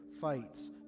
fights